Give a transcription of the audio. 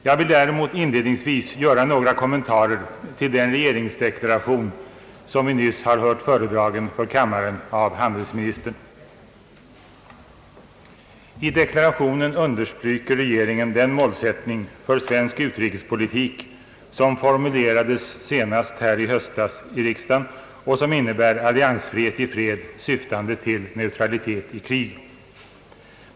Jag vill däremot inledningsvis göra några kommentarer till den regeringsdeklaration som vi nyss har hört föredragas för kammaren av handelsministern. I deklarationen understryker regeringen den målsättning för svensk utrikespolitik som formulerats senast i höstas här i riksdagen och som innebär alliansfrihet i fred syftande till neutralitet i krig.